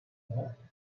olarak